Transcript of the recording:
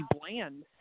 bland